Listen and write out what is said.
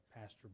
Pastor